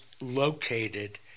located